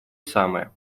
самое